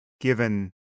given